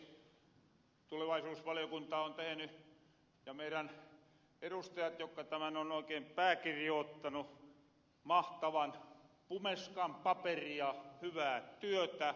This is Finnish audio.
tulevaisuusvaliokunta ja meidän edustajat jotka tämän on oikeen pääkirjoottanu on tehny mahtavan pumeskan paperia hyvää työtä